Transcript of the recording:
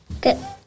Good